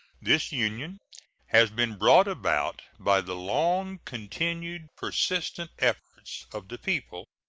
this union has been brought about by the long-continued, persistent efforts of the people,